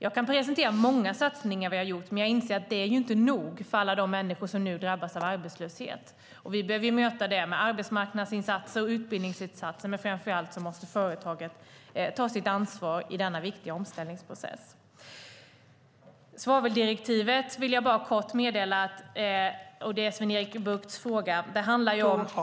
Jag kan presentera många satsningar som vi har gjort, men jag inser att det inte är nog för alla de människor som nu drabbas av arbetslöshet. Vi behöver möta det med arbetsmarknadsinsatser och utbildningsinsatser, men framför allt måste företaget ta sitt ansvar i denna viktiga omställningsprocess. Beträffande svaveldirektivet, det som Sven-Erik Buchts fråga handlade om, återkommer jag.